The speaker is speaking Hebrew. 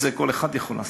את זה כל אחד יכול לעשות.